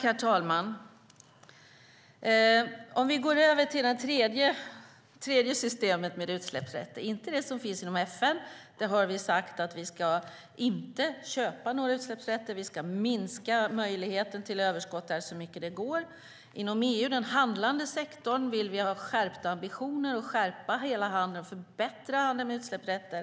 Herr talman! Vi går nu över till det tredje systemet med utsläppsrätter, inte det som finns inom FN där vi har sagt att vi inte ska köpa några utsläppsrätter och att vi ska minska möjligheten till överskott där så mycket det går. Inom den handlande sektorn i EU vill vi ha skärpta ambitioner, skärpa och förbättra handeln med utsläppsrätter.